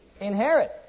Inherit